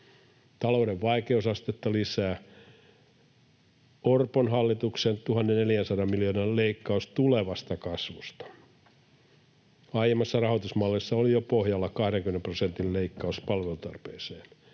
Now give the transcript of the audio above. Talouden vaikeusastetta lisää Orpon hallituksen 1 400 miljoonan leikkaus tulevasta kasvusta. Aiemmassa rahoitusmallissa oli jo pohjalla 20 prosentin leikkaus palvelutarpeeseen.